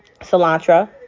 cilantro